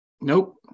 Nope